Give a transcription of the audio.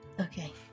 Okay